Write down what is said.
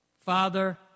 father